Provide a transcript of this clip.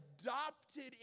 adopted